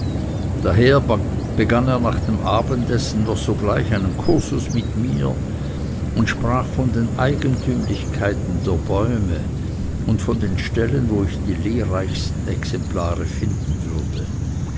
daher begann er nach dem abendessen noch sogleich einen kursus mit mir und sprach von den eigentümlichkeiten der bäume und von den stellen wo ich die lehrreichsten exemplare finden würde